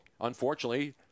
unfortunately